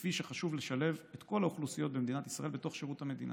כפי שחשוב לשלב את כל האוכלוסיות במדינת ישראל בתוך שירות המדינה: